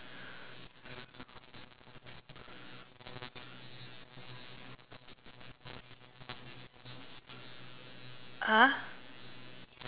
!huh!